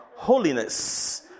Holiness